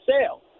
Sale